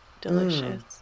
delicious